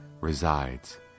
resides